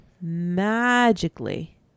magically